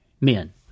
men